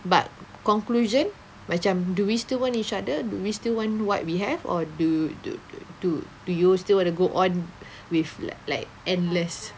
but conclusion macam do we still want each other do we still want what we have or do do do do do you still want to go on with li~ like endless